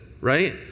right